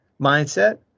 mindset